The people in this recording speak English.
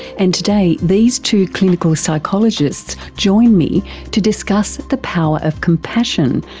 and today these two clinical psychologists join me to discuss the power of compassion,